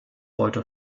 heute